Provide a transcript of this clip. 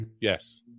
Yes